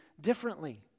differently